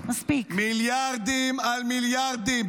יש כאן את הכללים: